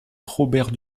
robert